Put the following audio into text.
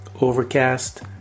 Overcast